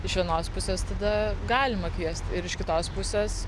iš vienos pusės tada galima kviest ir iš kitos pusės